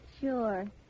Sure